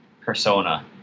persona